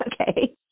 okay